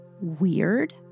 weird